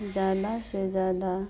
ज़्यादा से ज़्यादा